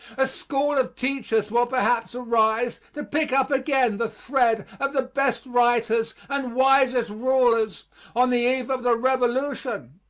a school of teachers will perhaps arise to pick up again the thread of the best writers and wisest rulers on the eve of the revolution.